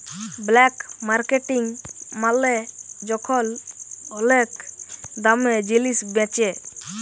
black marketing মালে যখল ওলেক দামে জিলিস বেঁচে